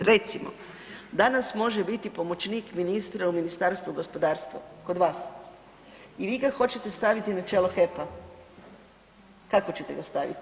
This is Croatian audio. Recimo danas može biti pomoćnik ministra u Ministarstvu gospodarstva, kod vas i vi ga hoćete staviti na čelo HEP-a, kako ćete ga stavit?